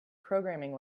programming